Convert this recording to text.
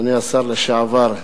אדוני השר לשעבר,